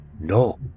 No